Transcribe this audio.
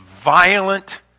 violent